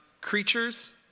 creatures